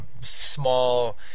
small